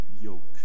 yoke